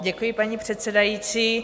Děkuji, paní předsedající.